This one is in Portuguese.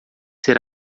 ser